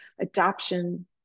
adoption